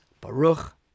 Baruch